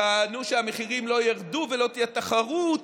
טענו שהמחירים לא ירדו ולא תהיה תחרות,